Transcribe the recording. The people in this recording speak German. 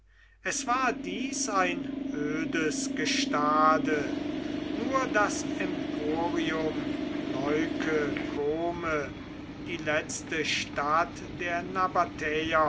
es war dies ein ödes gestade nur das emporium leuke kome die letzte stadt der